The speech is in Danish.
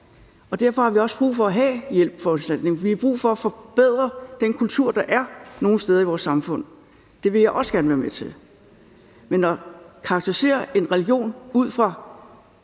Og derfor har vi også brug for at have hjælpeforanstaltninger. Vi har brug for at forbedre den kultur, der er nogle steder i vores samfund. Det vil jeg også gerne være med til. Men at karakterisere en religion ud fra